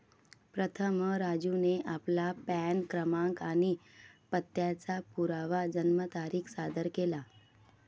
प्रथम राजूने आपला पॅन क्रमांक आणि पत्त्याचा पुरावा जन्मतारीख सादर केला